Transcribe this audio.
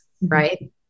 right